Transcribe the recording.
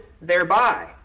thereby